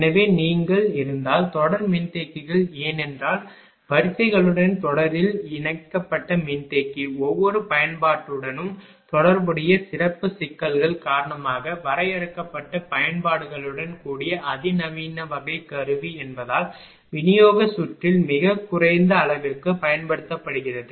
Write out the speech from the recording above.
எனவே நீங்கள் இருந்தால் தொடர் மின்தேக்கிகள் ஏன் என்றால் வரிசைகளுடன் தொடரில் இணைக்கப்பட்ட மின்தேக்கி ஒவ்வொரு பயன்பாட்டுடனும் தொடர்புடைய சிறப்பு சிக்கல்கள் காரணமாக வரையறுக்கப்பட்ட பயன்பாடுகளுடன் கூடிய அதிநவீன வகை கருவி என்பதால் விநியோகச் சுற்றில் மிகக் குறைந்த அளவிற்குப் பயன்படுத்தப்படுகிறது